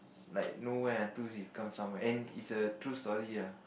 like nowhere until he become somewhere and it's a true story ah